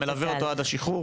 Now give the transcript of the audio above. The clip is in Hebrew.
ומלווה אותו עד השחרור?